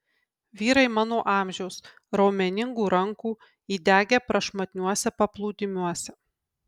vyrai mano amžiaus raumeningų rankų įdegę prašmatniuose paplūdimiuose